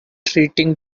treating